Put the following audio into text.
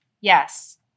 yes